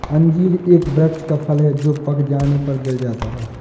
अंजीर एक वृक्ष का फल है जो पक जाने पर गिर जाता है